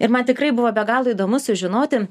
ir man tikrai buvo be galo įdomu sužinoti